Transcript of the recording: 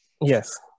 Yes